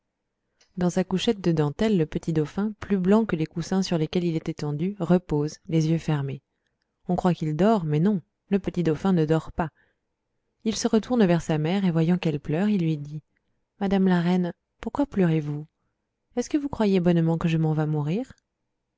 dans sa couchette de dentelles le petit dauphin plus blanc que les coussins sur lesquels il est étendu repose les yeux fermés on croit qu'il dort mais non le petit dauphin ne dort pas il se retourne vers sa mère et voyant qu'elle pleure il lui dit madame la reine pourquoi pleurez-vous est-ce que vous croyez bonnement que je m'en vas mourir